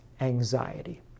anxiety